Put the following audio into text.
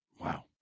Wow